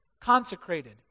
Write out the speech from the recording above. consecrated